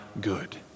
good